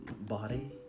body